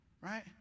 right